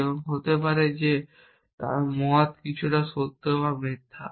এবং হতে পারে বা যে মত কিছুটা সত্য এবং মিথ্যা